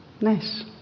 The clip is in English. Nice